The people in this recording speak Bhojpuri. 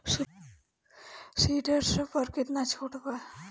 सुपर सीडर पर केतना छूट बा?